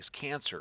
cancer